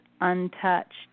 untouched